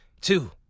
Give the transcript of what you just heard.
Two